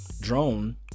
drone